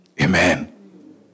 Amen